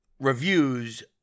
reviews